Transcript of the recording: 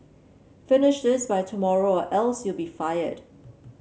finish this by tomorrow or else you'll be fired